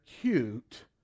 cute